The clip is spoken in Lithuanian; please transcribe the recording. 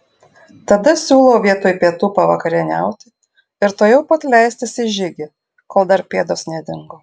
tada siūlau vietoj pietų pavakarieniauti ir tuojau pat leistis į žygį kol dar pėdos nedingo